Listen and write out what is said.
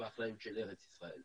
אחריות של ארץ ישראל.